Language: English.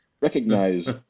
recognize